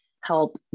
help